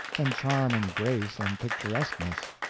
and charm and grace and picturesqueness.